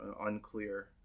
unclear